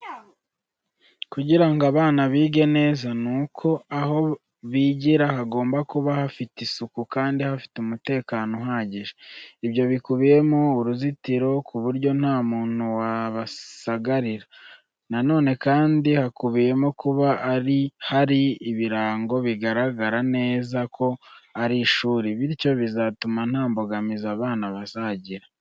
Kugira ngo abana bige neza, nuko aho bigira hagomba kuba hafite isuku kandi hafite umutekano uhagije. Ibyo bikubiyemo uruzitiro ku buryo nta muntu wabasagarira. Na none kandi hakubiyemo kuba hari ibirango bigaragara neza ko ari ishuri, bityo bizatuma nta mbogamizi abana bazagira.